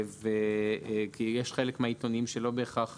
כי יש חלק מהעיתונים שלא בהכרח